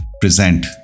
present